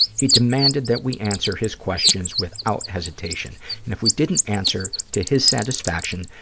he demanded that we answer his questions without hesitation, and if we didn't answer to his satisfaction,